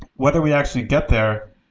whether we actually get there,